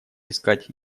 искать